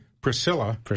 Priscilla